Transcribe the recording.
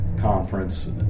conference